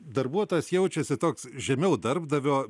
darbuotojas jaučiasi toks žemiau darbdavio